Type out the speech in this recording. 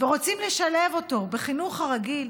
ורוצים לשלב אותו בחינוך הרגיל,